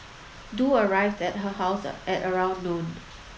Du arrived at her house at around noon